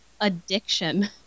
addiction